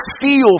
feel